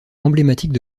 emblématique